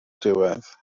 diwedd